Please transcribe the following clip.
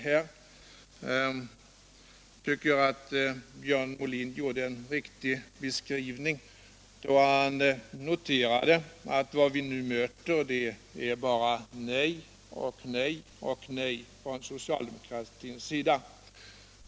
Jag tycker att Björn Molin gjorde en riktig beskrivning då han noterade att vad vi nu möter är bara nej och nej och nej från socialdemokratins sida.